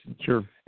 Sure